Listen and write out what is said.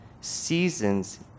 seasons